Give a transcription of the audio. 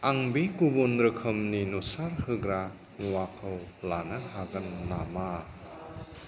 आं बे गुबुन रोखोमनि नुसारहोग्रा मुवाखौ लानो हागोन नामा